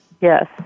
Yes